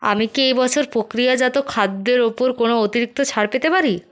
আমি কি এই বছর প্রক্রিয়াজাত খাদ্যের ওপর কোনও অতিরিক্ত ছাড় পেতে পারি